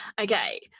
Okay